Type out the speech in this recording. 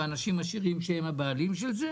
אנשים עשירים שהם הבעלים של זה?